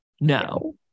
No